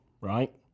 right